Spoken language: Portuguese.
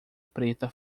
preta